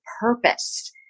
purpose